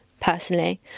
personally